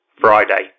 Friday